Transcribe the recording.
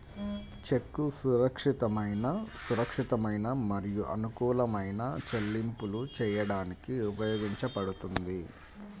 చెక్కు సురక్షితమైన, సురక్షితమైన మరియు అనుకూలమైన చెల్లింపులు చేయడానికి ఉపయోగించబడుతుంది